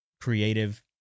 creative